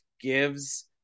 gives